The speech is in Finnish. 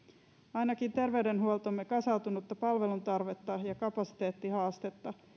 ainakin terveydenhuoltomme kasautunutta palveluntarvetta ja kapasiteettihaastetta